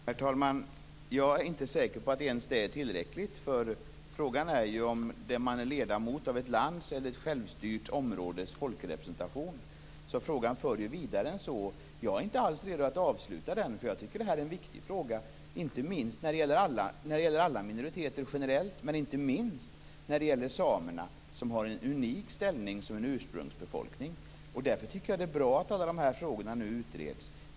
Herr talman! Jag är inte säker på att ens det är tillräckligt. Frågan är ju om man är ledamot av ett lands eller ett självstyrt områdes folkrepresentation, så den för vidare än så. Jag är inte alls redo att avsluta den, för jag tycker att det här är en viktig fråga - när det gäller alla minoriteter generellt, men inte minst när det gäller samerna som har en unik ställning som ursprungsbefolkning. Därför tycker jag att det är bra att alla de här frågorna nu utreds.